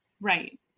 Right